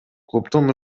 клубдун